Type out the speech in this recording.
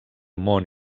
món